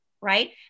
right